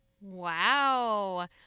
Wow